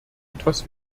etwas